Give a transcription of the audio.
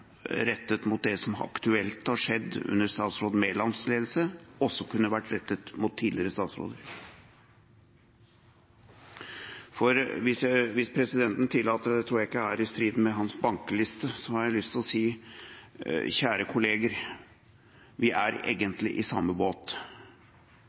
rettet mot det som er aktuelt, og som har skjedd under statsråd Mælands ledelse, også kunne vært rettet mot tidligere statsråder. Hvis presidenten tillater det – og jeg tror ikke det er i strid med hans «bankeliste» – har jeg lyst til å si at kjære kolleger, vi er egentlig i samme båt.